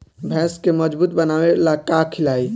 भैंस के मजबूत बनावे ला का खिलाई?